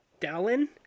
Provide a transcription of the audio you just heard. Dallin